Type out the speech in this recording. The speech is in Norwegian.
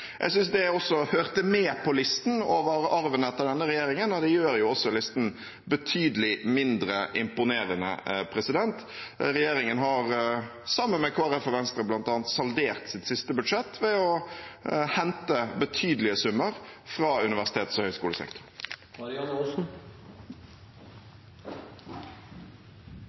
Jeg synes at det også hører med på listen over arven etter denne regjeringen, og det gjør listen betydelig mindre imponerende. Regjeringen har sammen med Kristelig Folkeparti og Venstre bl.a. saldert sitt siste budsjett ved å hente betydelige summer fra universitets- og